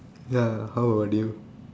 ya how about you